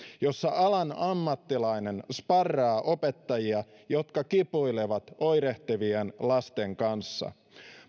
jossa alan ammattilainen sparraa opettajia jotka kipuilevat oirehtivien lasten kanssa